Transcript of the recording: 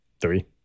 Three